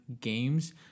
games